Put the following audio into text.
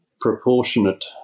proportionate